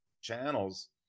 channels